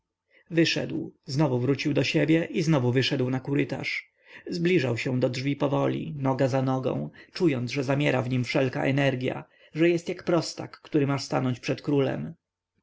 wyszedł znowu wrócił do siebie i znowu wyszedł na kurytarz zbliżał się do drzwi powoli noga za nogą czując że zamiera w nim wszelka energia że jest jak prostak który ma stanąć przed królem